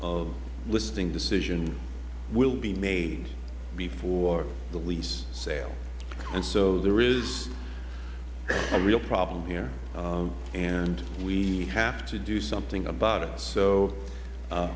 listing decision will be made before the lease sale and so there is a real problem here and we have to do something about it so